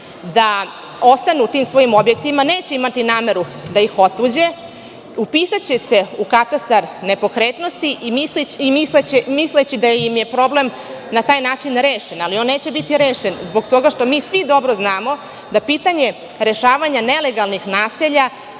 da ostanu u tim svojim objektima, neće imati nameru da ih otuđe, upisaće se u katastar nepokretnosti i misliće da im je problem na taj način rešen. Ali, on neće biti rešen, zbog toga što mi svi dobro znamo da pitanje rešavanja nelegalnih naselja